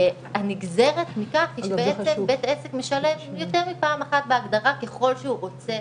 הנגזרת מכך היא שבית עסק משלם יותר מפעם אחת בהגדרה ככל שהוא רוצה